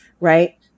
right